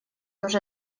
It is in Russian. уже